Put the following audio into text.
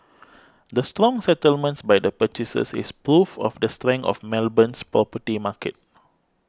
the strong settlements by the purchasers is proof of the strength of Melbourne's property market